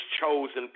chosen